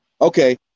Okay